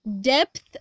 depth